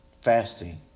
fasting